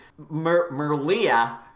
Merlia